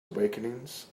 awakenings